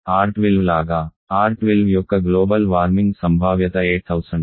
R 12 లాగా R 12 యొక్క global warming సంభావ్యత 8000